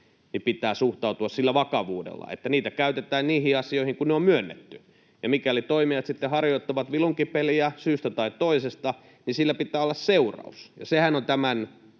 pitää suhtautua sillä vakavuudella, että niitä käytetään niihin asioihin kuin mihin ne on myönnetty. Mikäli toimijat sitten harjoittavat vilunkipeliä syystä tai toisesta, niin sillä pitää olla seuraus, ja sehän on tämän